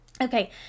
Okay